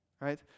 Right